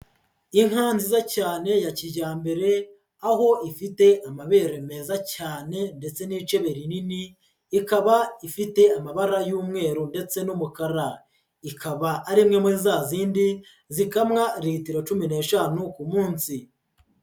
Inka nziza cyane ya kijyambere, aho ifite amabere meza cyane ndetse n'icebe rinini, ikaba ifite amabara y'umweru ndetse n'umukara. Ikaba ari imwe muri za zindi zikamwa litiro cumi n'eshanu ku munsi.